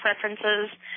preferences